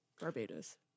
Barbados